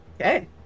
okay